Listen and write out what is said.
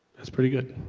that's pretty good.